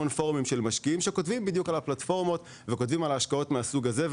שבהם כותבים על הפלטפורמות ועל ההשקעות מהסוג הזה,